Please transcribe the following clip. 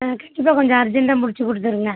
ஆ கண்டிப்பாக கொஞ்சம் அர்ஜெண்ட்டாக முடிச்சுக் கொடுத்துருங்க